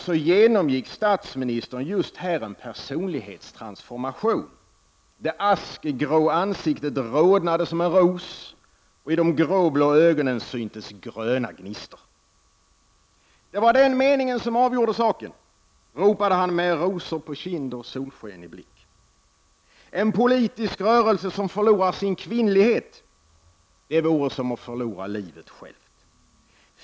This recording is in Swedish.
I min dröm genomgick statsministern just här en personlig =S I hetstransformation: det askgrå ansiktet rodnade som en ros, och i de gråblå Regeringsförklaring ögonen syntes gröna gnistor. och partiledar Det var den meningen som avgjorde saken, ropade han med rosor på kind och solsken i blick. En politisk rörelse som förlorar sin kvinnlighet — det vore som att förlora livet självt!